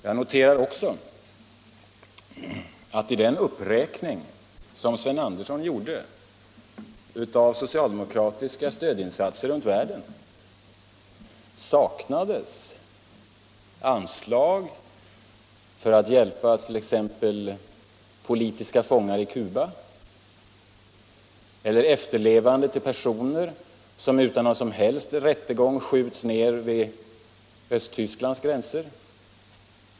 Jag noterar också att i den uppräkning som Sten Andersson gjorde av socialdemokratiska stödinsatser runt världen saknades anslag för att hjälpa t.ex. politiska fångar i Cuba eller efterlevande till personer som utan någon som helst rättegång skjuts ned vid Östtysklands gränser.